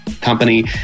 company